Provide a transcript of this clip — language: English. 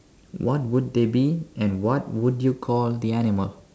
what would they be and what would you call the animal